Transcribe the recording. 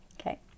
Okay